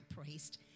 priest